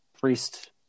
priest